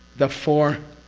the four.